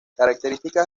características